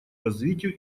развитию